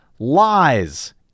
lies